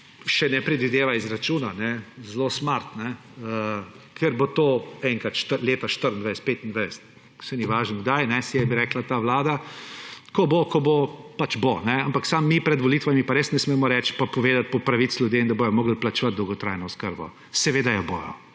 še ne predvideva izračuna, zelo smart, ker bo to enkrat leta 2024, 2025, saj ni važno, kdaj, si je rekla ta vlada. Ko bo, ko bo, pač bo. Ampak samo mi pred volitvami pa res ne smemo reči in povedati po pravici ljudem, da bodo morali plačevati dolgotrajno oskrbo. Seveda jo bojo,